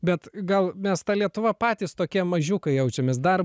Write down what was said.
bet gal mes ta lietuva patys tokie mažiukai jaučiamės dar